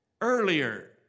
Earlier